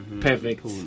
Perfect